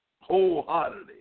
Wholeheartedly